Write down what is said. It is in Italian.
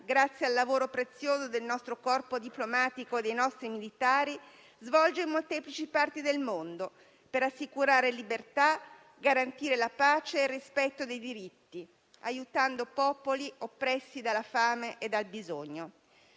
grazie al lavoro prezioso del nostro corpo diplomatico e dei nostri militari, svolge in molteplici parti del mondo per assicurare libertà, garantire la pace e il rispetto dei diritti aiutando popoli oppressi dalla fame e dal bisogno.